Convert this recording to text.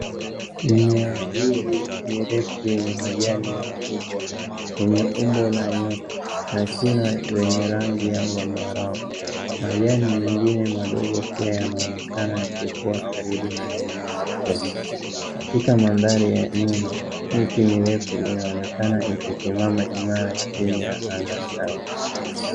Mimea hizi mirefu yenye majani makubwa, yenye umbo la nyota, na shina zenye rangi ya zambarau, majani mengine madogo, pia yanaonekana yakikuwa karibu na mimea mikubwa. Katika mandhari ya nyuma, miti mirefu inaonekana ikisimama imara chini ya anga safi.